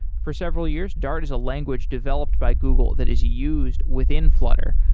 for several years, dart is a language developed by google that is used within flutter.